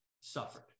suffered